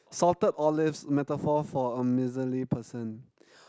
salted olives metaphor for a miserly person